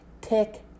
tick